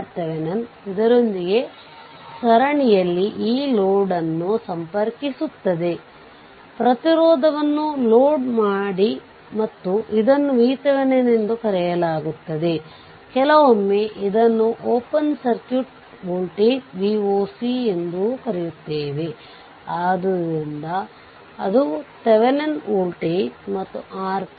ಮತ್ತು ನೀವು ಇದನ್ನು ವಿದ್ಯುತ್ ಮೂಲಕ್ಕೆ ಪರಿವರ್ತಿಸಾಲು ಬಯಸಿದರೆ ವಾಸ್ತವವಾಗಿ ವಿದ್ಯುತ್ ಮೂಲವಾಗಿ ರೂಪಾಂತರಗೊಂಡರೆ ಆದ್ದರಿಂದ ಇದು 20 6 ಆಂಪಿಯರ್ ಆಗಿರುತ್ತದೆ